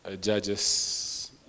Judges